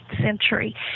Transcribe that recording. century